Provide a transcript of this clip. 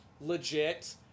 Legit